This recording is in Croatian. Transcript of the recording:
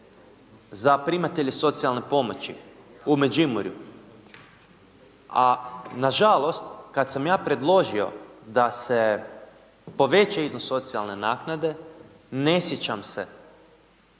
za primatelje socijalne pomoći u Međimurju, a nažalost kad sam ja predložio da se poveća iznos socijalne naknade ne sjećam se